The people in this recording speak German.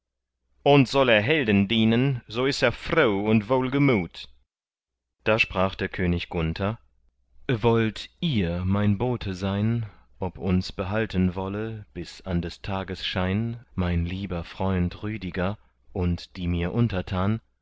und soll er helden dienen so ist er froh und wohlgemut da sprach der könig gunther wollt ihr mein bote sein ob uns behalten wolle bis an des tages schein mein lieber freund rüdiger und die mir untertan